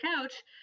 couch